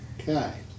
Okay